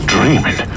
Dreaming